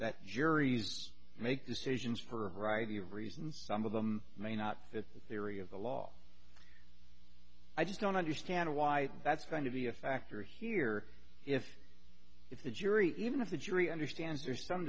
juries make decisions for a variety of reasons some of them may not fit the theory of the law i just don't understand why that's going to be a factor here if it's a jury even if the jury understands there's some